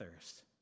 thirst